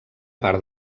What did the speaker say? part